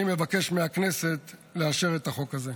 אני מבקש מהכנסת לאשר את החוק הזה.